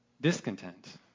discontent